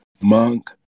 Monk